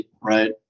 right